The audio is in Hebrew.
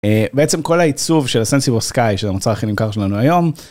בעצם כל העיצוב של הסנסיבו סקאי, שזה המוצר הכי נמכר שלנו היום.